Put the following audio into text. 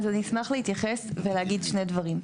אז אני אשמח להתייחס ולהגיד שני דברים.